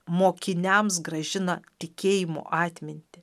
mokiniams grąžina tikėjimo atmintį